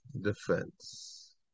defense